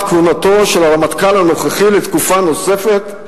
כהונתו של הרמטכ"ל הנוכחי לתקופה נוספת,